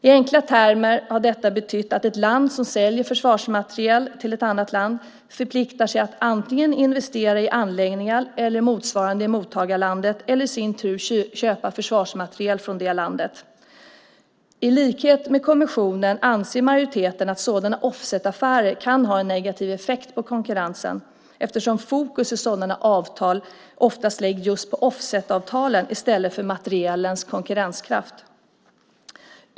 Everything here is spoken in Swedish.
I enkla termer har detta betytt att ett land som säljer försvarsmateriel till ett annat land förpliktar sig att antingen investera i anläggningar eller motsvarande i mottagarlandet eller i sin tur köpa försvarsmateriel från det landet. I likhet med kommissionen anser majoriteten att sådana offsetaffärer kan ha en negativ effekt på konkurrensen, eftersom fokus i sådana avtal oftast läggs just på offsetavtalen i stället för materielens konkurrenskraft.